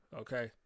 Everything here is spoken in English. Okay